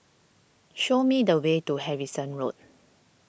show me the way to Harrison Road